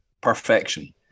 perfection